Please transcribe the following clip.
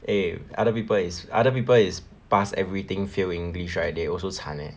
eh other people is other people is pass everything fail english right they also 惨 leh